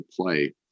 play